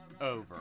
over